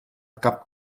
cap